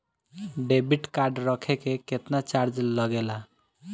Debit card रखे के केतना चार्ज लगेला?